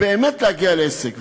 באמת להגיע להישג.